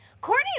Courtney